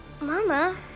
Mama